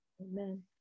Amen